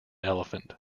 elephant